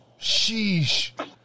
Sheesh